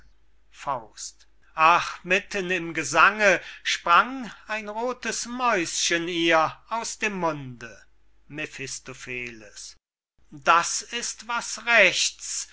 sang ach mitten im gesange sprang ein rothes mäuschen ihr aus dem munde mephistopheles das ist was rechts